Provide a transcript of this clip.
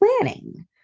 planning